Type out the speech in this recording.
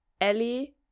Ellie